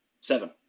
Seven